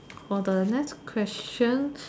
for the next question